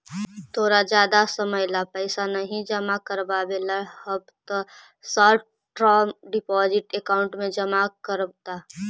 तोरा जादा समय ला पैसे नहीं जमा करवावे ला हव त शॉर्ट टर्म डिपॉजिट अकाउंट में जमा करवा द